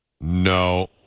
No